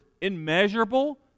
immeasurable